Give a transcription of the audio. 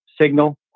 signal